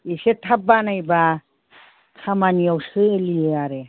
एसे थाब बानायब्ला खामानियाव सोलियो आरो